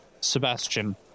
Sebastian